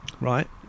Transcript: right